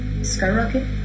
Skyrocket